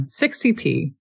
60p